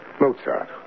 Mozart